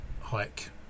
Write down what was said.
hike